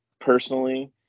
personally